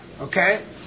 Okay